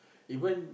even